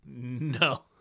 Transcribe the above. No